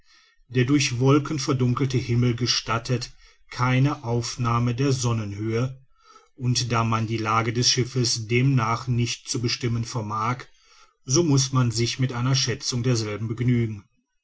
der durch wolken verdunkelte himmel gestattet keine aufnahme der sonnenhöhe und da man die lage des schiffes demnach nicht zu bestimmen vermag so muß man sich mit einer schätzung derselben begnügen